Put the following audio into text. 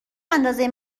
اندازه